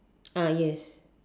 ah yes